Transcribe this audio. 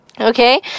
Okay